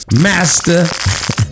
Master